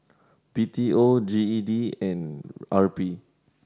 B T O G E D and R P